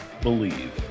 believe